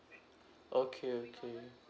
okay okay